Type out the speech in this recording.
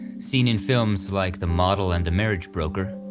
seen in films like the model and the marriage broker,